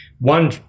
One